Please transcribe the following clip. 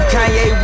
Kanye